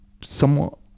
somewhat